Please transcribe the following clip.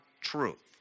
truth